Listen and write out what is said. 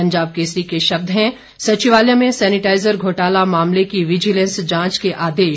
पंजाब केसरी के शब्द हैं सचिवालय में सैनिटाइजर घोटाला मामले की विजिलेंस जांच के आदेश